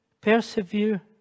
persevere